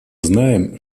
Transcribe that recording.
знаем